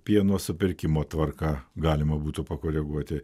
pieno supirkimo tvarką galima būtų pakoreguoti